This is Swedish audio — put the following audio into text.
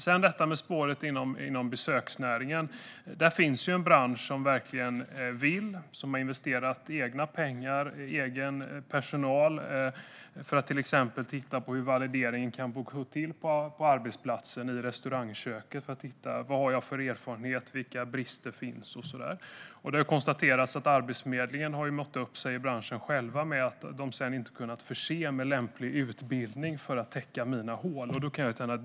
När det sedan gäller detta med snabbspåret inom besöksnäringen är det en bransch som verkligen vill och som har investerat egna pengar och egen personal för att till exempel titta på hur valideringen kan gå till på arbetsplatsen och i restaurangköket. Man tittar på vilken erfarenhet som finns och vilka brister som finns. Det har konstaterats att Arbetsförmedlingen, säger branschen själv, inte har kunnat förse personer med lämplig utbildning för att fylla de luckor som finns.